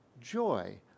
joy